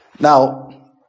Now